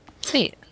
Sweet